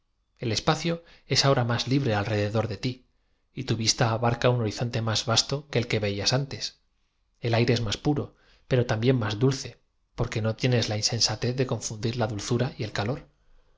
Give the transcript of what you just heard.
el espa c ío es ahora más ubre alrededor de ti y tu vista abar ca un horizonte más vasto que el que velas antes el aire es más puro pero tambiéa máa dulce porque no tienes la insensatez de confundir la dulzura y e l ca lor tu marcha es más presurosa y más firme el